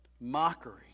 mockery